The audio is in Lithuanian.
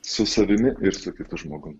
su savimi ir su kitu žmogum